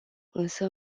însă